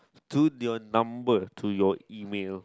to your number to your email